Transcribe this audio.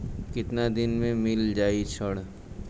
कितना दिन में मील जाई ऋण?